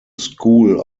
school